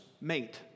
mate